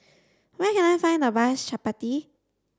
where can I find the best Chappati